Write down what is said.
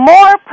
More